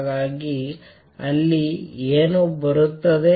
ಹಾಗಾಗಿ ಅಲ್ಲಿ ಏನು ಬರುತ್ತದೆ